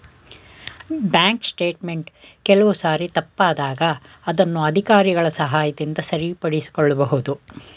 bank statement ಕೆಲವು ಸಾರಿ ತಪ್ಪಾದಾಗ ಅದನ್ನು ಅಧಿಕಾರಿಗಳ ಸಹಾಯದಿಂದ ಸರಿಪಡಿಸಿಕೊಳ್ಳಬಹುದು